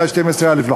112(א),